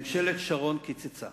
ממשלת שרון קיצצה